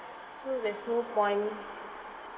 so there's no point